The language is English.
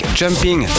jumping